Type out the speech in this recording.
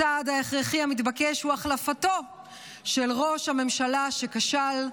הצעד ההכרחי המתבקש הוא החלפתו של ראש הממשלה שכשל".